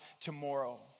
tomorrow